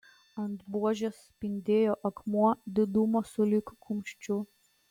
ant buožės spindėjo akmuo didumo sulig kumščiu